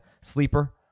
sleeper